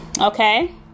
Okay